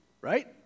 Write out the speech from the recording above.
right